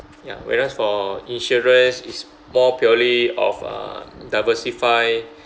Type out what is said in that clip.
ya whereas for insurance is more purely of uh diversify